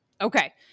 Okay